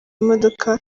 imodoka